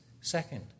second